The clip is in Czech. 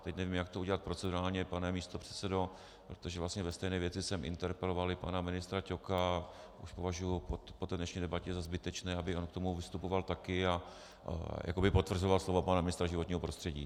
Teď nevím, jak to udělat procedurálně, pane místopředsedo, protože vlastně ve stejné věci jsem interpeloval i pana ministra Ťoka a už považuji po té dnešní debatě za zbytečné, aby on k tomu vystupoval také a jakoby potvrzoval slova pana ministra životního prostředí.